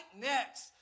next